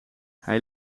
hij